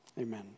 amen